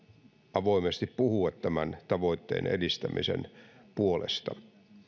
avoimesti puhua tämän tavoitteen edistämisen puolesta